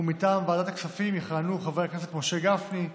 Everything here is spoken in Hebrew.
מטעם ועדת הכספים יכהנו חברי הכנסת משה גפני,